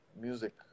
Music